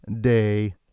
Day